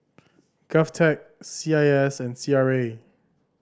GovTech C I S and C R A